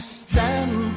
stand